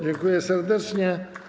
Dziękuję serdecznie.